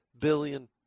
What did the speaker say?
billion